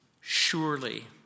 Surely